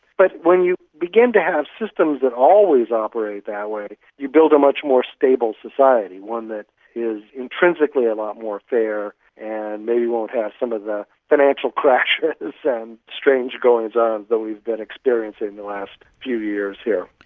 but when you begin to have systems that always operate that way, you build a much more stable society, one that is intrinsically a lot more fair and maybe won't have some of the financial crashes and strange goings on that we've been experiencing in the last few years here.